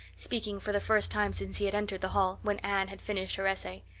speaking for the first time since he had entered the hall, when anne had finished her essay.